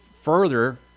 further